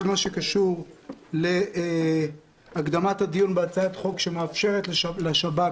הקשור להקדמת הדיון בהצעת חוק שמאפשרת לשב"כ,